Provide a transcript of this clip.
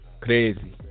Crazy